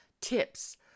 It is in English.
tips